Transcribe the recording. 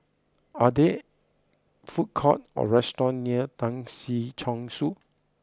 are there food courts or restaurants near Tan Si Chong Su